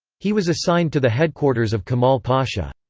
he was assigned to the headquarters of kemal pasha.